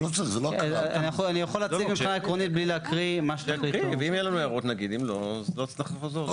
אני יכול להציג מבחינה עקרונית בלי להקריא מה שצריך לקרוא.